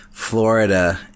Florida